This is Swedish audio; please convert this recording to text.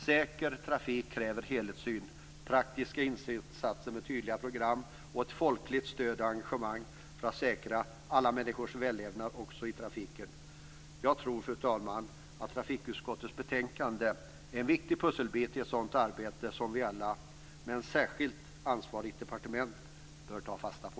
Säker trafik kräver en helhetssyn, praktiska insatser med tydliga program och ett folkligt stöd och engagemang för att säkra alla människors vällevnad också i trafiken. Jag tror, fru talman, att trafikutskottets betänkande är en viktig pusselbit i ett sådant arbete som vi alla - men särskilt ansvarigt departement - bör ta fasta på.